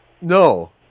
no